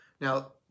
Now